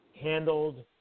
handled